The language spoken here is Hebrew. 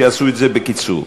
שיעשו את זה בקיצור.